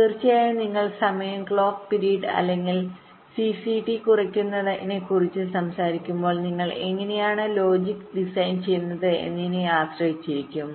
തീർച്ചയായും നിങ്ങൾ സമയം ക്ലോക്ക് പിരീഡ് അല്ലെങ്കിൽ സിസിടി കുറയ്ക്കുന്നതിനെക്കുറിച്ച് സംസാരിക്കുമ്പോൾ നിങ്ങൾ എങ്ങനെയാണ് ലോജിക് ഡിസൈൻചെയ്യുന്നത് എന്നതിനെ ആശ്രയിച്ചിരിക്കും